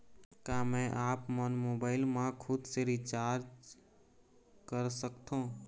का मैं आपमन मोबाइल मा खुद से रिचार्ज कर सकथों?